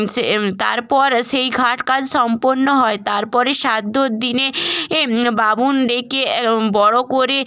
সে তারপর সেই ঘাট কাজ সম্পন্ন হয় তারপরে শ্রাদ্ধর দিনে এ বামুন ডেকে বড় করে